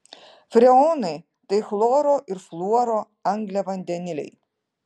freonai tai chloro ir fluoro angliavandeniliai